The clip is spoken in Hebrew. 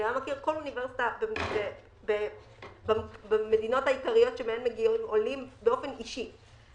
הוא מכיר כל אוניברסיטה במדינות העיקריות שמהן מגיעים עולים באופן אישי.